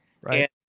Right